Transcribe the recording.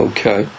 Okay